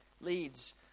leads